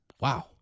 Wow